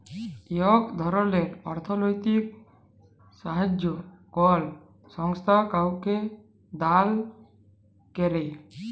ইক ধরলের অথ্থলৈতিক সাহাইয্য কল সংস্থা কাউকে দাল ক্যরে